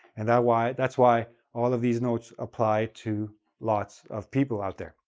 and that's why that's why all of these notes apply to lots of people out there,